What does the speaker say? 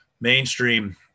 mainstream